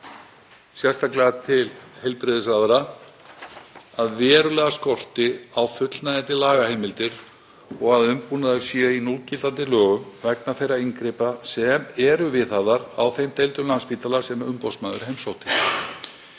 sérstaklega til heilbrigðisráðherra að verulega skorti á fullnægjandi lagaheimildir og að umbúnaður sé í núgildandi lögum vegna þeirra inngripa sem eru viðhöfð á þeim deildum Landspítala sem umboðsmaður heimsótti.